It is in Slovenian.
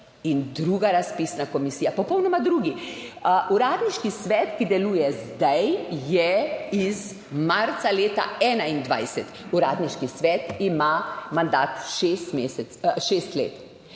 in druga razpisna komisija, popolnoma drugi. Uradniški svet, ki deluje zdaj, je iz marca leta 2021. Uradniški svet ima mandat šest let.